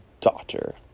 daughter